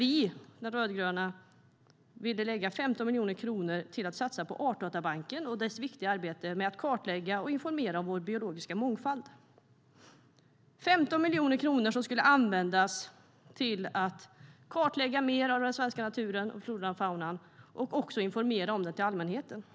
Vi rödgröna ville satsa 15 miljoner kronor på Artdatabanken och dess viktiga arbete med att kartlägga och informera om vår biologiska mångfald. Det är 15 miljoner kronor som skulle användas till att kartlägga mer av den svenska naturen, floran och faunan, och till att informera allmänheten om den.